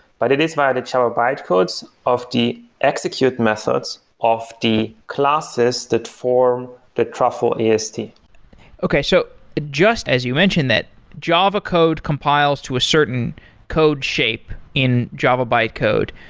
but it is via the java bytecodes of the execute methods of the classes that form the truffle est. okay. so just as you mentioned, that java code compiles to a certain code shape in java bytecode.